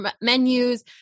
menus